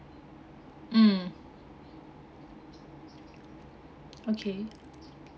mm okay